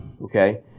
Okay